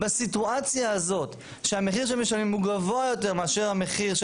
בסיטואציה הזאת שהמחיר שהם משלמים הוא גבוה יותר מאשר המחיר של